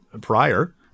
prior